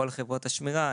כל חברות השמירה,